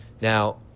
Now